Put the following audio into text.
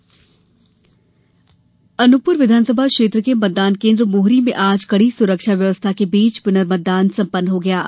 पुनर्मतदान अनूपपुर विधानसभा क्षेत्र के मतदान केन्द्र मौहरी में आज कड़ी सुरक्षा व्यवस्था के बीच पुनर्मतदान सम्पन्न हो गया है